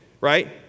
right